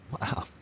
wow